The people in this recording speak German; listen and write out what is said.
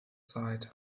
zeit